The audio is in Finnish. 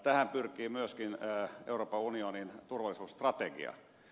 tähän pyrkii myöskin euroopan unionin turvallisuusstrategia